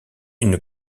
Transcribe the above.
une